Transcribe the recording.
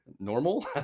Normal